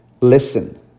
listen